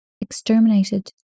exterminated